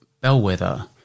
Bellwether